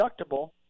deductible